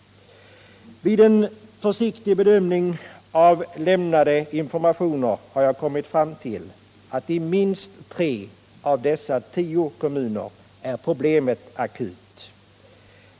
Vid en försiktig bedömning av lämnade informationer har jag kommit fram till att i minst tre av dessa tio kommuner är problemet akut.